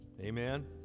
Amen